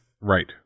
Right